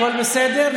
הכול בסדר?